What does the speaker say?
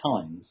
times